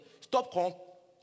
Stop